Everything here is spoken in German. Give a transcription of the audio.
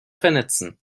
vernetzen